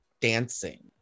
dancing